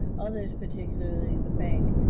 others, particularly the bank,